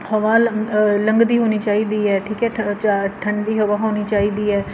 ਹਵਾ ਲੰ ਲੰਘਦੀ ਹੋਣੀ ਚਾਹੀਦੀ ਹੈ ਠੀਕ ਹੈ ਠ 'ਚ ਠੰਡੀ ਹਵਾ ਹੋਣੀ ਚਾਹੀਦੀ ਹੈ